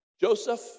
Joseph